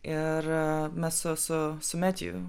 ir mes su su su metju